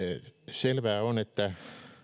selvää on että